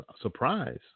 surprise